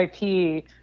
IP